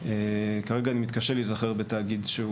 כרגע אני מתקשה להיזכר בתאגיד שהוא